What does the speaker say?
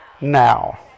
now